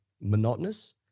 monotonous